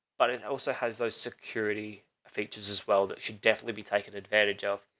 but it also has those security features as well. that should definitely be taken advantage of.